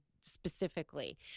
specifically